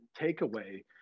takeaway